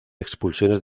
expulsiones